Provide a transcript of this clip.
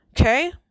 Okay